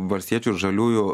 valstiečių ir žaliųjų